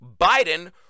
Biden